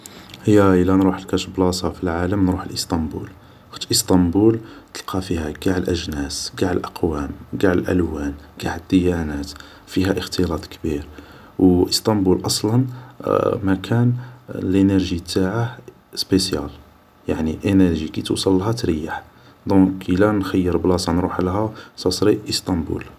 هيا إلا نروح لكاش بلاصة في العالم نروح ل اسطنبول خاطش اسطنبول تلقى فيها قاع الاجناس ڨاع الاقوام قاع الالوان ڨاع الديانات فيها اختلاط كبير و اسطنبول أصلا مكان لنرجي تاعه سبيسيال يعني انرجي كي توصلها تريح دونك إلا نخير بلاصة نروحلها سا سري اسطنبول